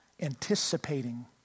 anticipating